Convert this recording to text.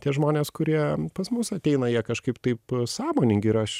tie žmonės kurie pas mus ateina jie kažkaip taip sąmoningi ir aš